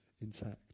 intact